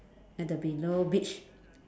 at the below beach